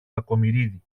κακομοιρίδη